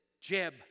Jeb